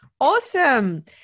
awesome